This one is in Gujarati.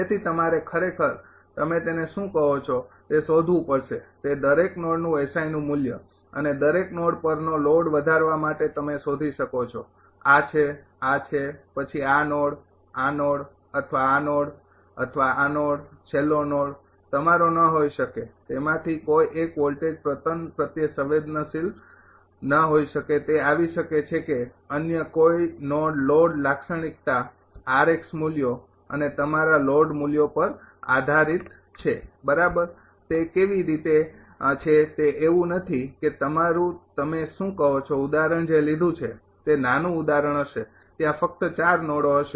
તેથી તમારે ખરેખર તમે તેને શું કહો છો તે શોધવું પડશે તે દરેક નોડનું નું મૂલ્ય અને દરેક નોડ પરનો લોડ વધારવા માટે તમે શોધી શકો છો આ છે આ છે પછી આ નોડ આ નોડ અથવા આ નોડ અથવા આ નોડ છેલ્લો નોડ તમારો ન હોઈ શકે તેમાંથી કોઇ એક વોલ્ટેજ પતન પ્રત્યે સંવેદનશીલ ન હોઈ શકે તે આવી શકે છે કે અન્ય કોઈ નોડ લોડ લાક્ષણિકતા મૂલ્યો અને તમારા લોડ મૂલ્યો પર આધારીત છે બરાબર તે કેવી રીતે છે તે એવું નથી કે તમારું તમે શું કહો છો ઉદાહરણ જે લીધું છે તે નાનું ઉદાહરણ હશે ત્યાં ફક્ત નોડો હશે